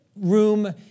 room